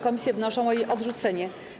Komisje wnoszą o jej odrzucenie.